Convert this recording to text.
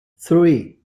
three